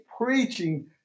preaching